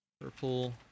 Purple